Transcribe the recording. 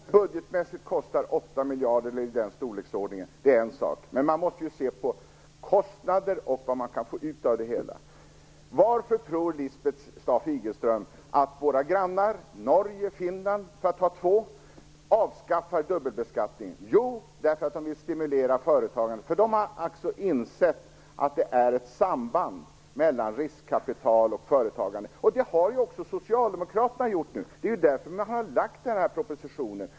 Herr talman! Budgetmässigt kostar det 8 miljarder eller något i den storleksordningen; det är en sak. Men man måste ju se på både kostnader och vad man kan få ut av det hela. Varför tror Lisbeth Staaf-Igelström att våra grannar Norge och Finland, för att ta två, avskaffar dubbelbeskattningen? Jo, därför att de vill stimulera företagandet. De har insett att det finns ett samband mellan riskkapital och företagande. Och det har ju också Socialdemokraterna nu gjort! Det är ju därför man har lagt fram den här propositionen.